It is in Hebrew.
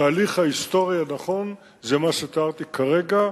התהליך ההיסטורי הנכון הוא מה שתיארתי כרגע,